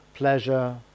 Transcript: pleasure